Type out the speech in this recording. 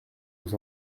aux